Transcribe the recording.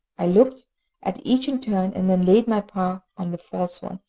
i looked at each in turn, and then laid my paw on the false one,